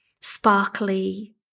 sparkly